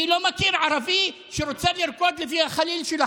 אני לא מכיר ערבי שרוצה לרקוד לפי החליל שלכם.